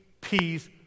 peace